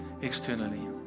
externally